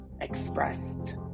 expressed